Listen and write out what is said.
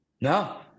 no